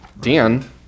Dan